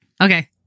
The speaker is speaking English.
okay